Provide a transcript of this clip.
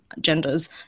genders